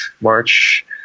March